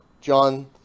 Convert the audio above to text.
John